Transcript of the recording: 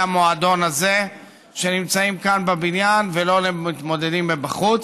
המועדון הזה שנמצאים כאן בבניין ולא מתמודדים מבחוץ.